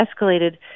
escalated